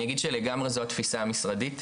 אני אגיד שלגמרי זו התפיסה המשרדית,